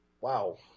Wow